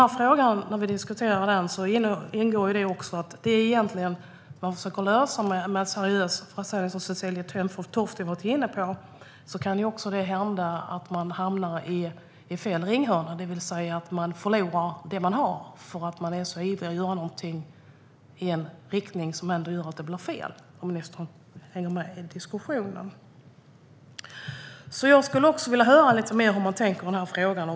När man försöker lösa detta genom krav på att aktörerna ska vara seriösa, som Cecilie Tenfjord-Toftby var inne på, finns risken att man hamnar i fel ringhörna och förlorar också det man har. Man är för ivrig och vill göra något som blir fel, om ministern hänger med i diskussionen. Jag skulle vilja höra lite mer om hur man tänker i den här frågan.